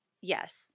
yes